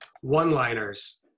one-liners